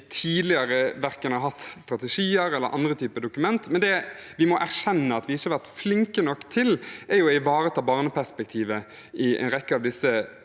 har hatt verken strategier eller andre dokument, men det vi må erkjenne at vi ikke har vært flinke nok til, er å ivareta barneperspektivet i en rekke av disse